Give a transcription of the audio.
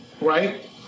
Right